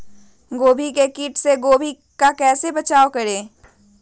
गोभी के किट से गोभी का कैसे बचाव करें?